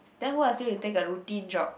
then who ask you to take the routine job